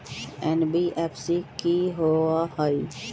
NBFC कि होअ हई?